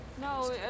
No